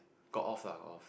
got off lah got off